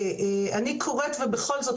אני קוראת ובכל זאת